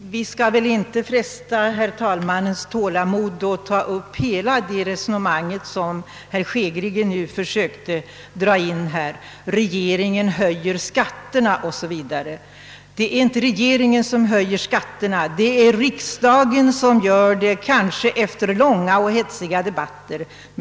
Herr talman! Vi skall väl inte fresta herr talmannens tålamod och ta upp hela herr Hanssons i Skegrie resonemang om att regeringen höjer skatterna 0. s. v. Det är inte regeringen som höjer skatterna utan riksdagen — kanske efter långa och hetsiga debatter.